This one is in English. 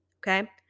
okay